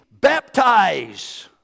baptize